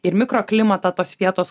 ir mikroklimatą tos vietos